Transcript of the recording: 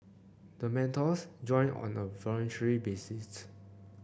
the mentors join on a voluntary basis